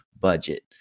budget